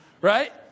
Right